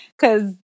Cause